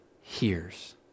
hears